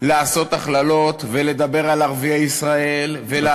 לעשות הכללות ולדבר על ערביי ישראל ולהגיד איך,